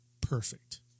perfect